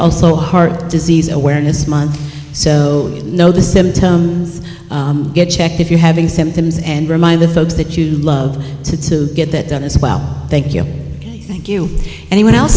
also heart disease awareness month so you know the symptoms get checked if you're having symptoms and remind the folks that you love to get that done as well thank you thank you anyone else